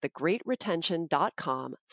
thegreatretention.com